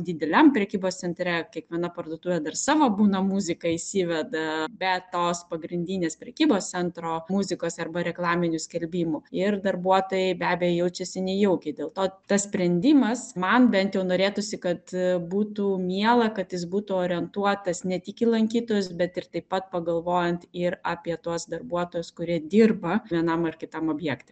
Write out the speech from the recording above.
dideliam prekybos centre kiekviena parduotuvė dar savo būna muziką įsiveda be tos pagrindinės prekybos centro muzikos arba reklaminių skelbimų ir darbuotojai be abejo jaučiasi nejaukiai dėl to tas sprendimas man bent jau norėtųsi kad būtų miela kad jis būtų orientuotas ne tik į lankytojus bet ir taip pat pagalvojant ir apie tuos darbuotojus kurie dirba vienam ar kitam objekte